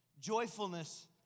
joyfulness